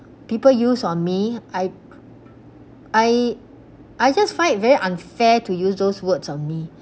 people use on me I I I just find it very unfair to use those words on me